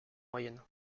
moyenne